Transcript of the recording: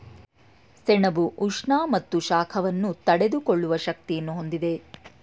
ಸೆಣಬು ಉಷ್ಣ ಮತ್ತು ಶಾಖವನ್ನು ತಡೆದುಕೊಳ್ಳುವ ಶಕ್ತಿಯನ್ನು ಹೊಂದಿದೆ